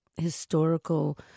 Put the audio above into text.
historical